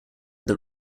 that